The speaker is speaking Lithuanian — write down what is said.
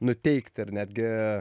nuteikt ar netgi